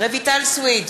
רויטל סויד,